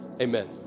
Amen